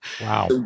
wow